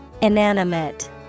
Inanimate